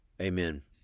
Amen